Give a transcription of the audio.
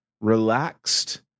relaxed